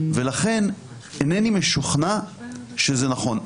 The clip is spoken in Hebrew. ולכן אינני משוכנע שזה נכון.